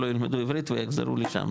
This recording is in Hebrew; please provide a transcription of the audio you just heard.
לא ילמדו עברית ויחזרו לשם,